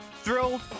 Thrilled